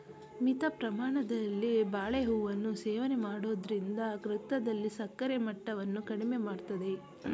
ಮಿತ ಪ್ರಮಾಣದಲ್ಲಿ ಬಾಳೆಹೂವನ್ನು ಸೇವನೆ ಮಾಡೋದ್ರಿಂದ ರಕ್ತದಲ್ಲಿನ ಸಕ್ಕರೆ ಮಟ್ಟವನ್ನ ಕಡಿಮೆ ಮಾಡ್ತದೆ